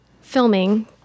filming